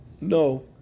no